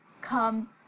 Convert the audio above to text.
Come